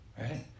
Right